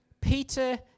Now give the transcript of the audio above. Peter